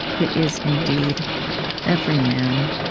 it is indeed every man.